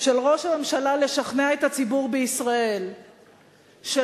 של ראש הממשלה לשכנע את הציבור בישראל שלא